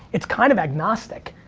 it's kind of agnostic.